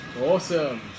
Awesome